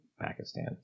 Pakistan